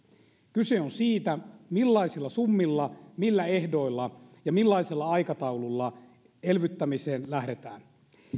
kyse on siitä millaisilla summilla millä ehdoilla ja millaisella aikataululla elvyttämiseen lähdetään